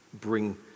bring